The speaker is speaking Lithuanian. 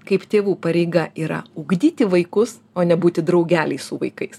kaip tėvų pareiga yra ugdyti vaikus o ne būti draugeliais su vaikais